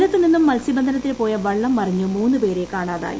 കൊല്ലത്ത് നിന്നും മത്സ്യബന്ധനത്തിന് പോയ വള്ളം മറിഞ്ഞ് മുന്നുപേരെ കാണാതായി